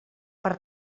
per